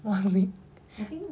one minute